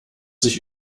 sich